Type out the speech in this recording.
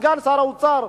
סגן שר האוצר,